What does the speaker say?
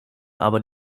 aber